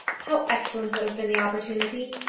how excellent would have been the opportunity!